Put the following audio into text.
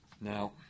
Now